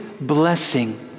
blessing